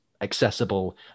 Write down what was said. accessible